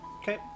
Okay